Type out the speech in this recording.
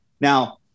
Now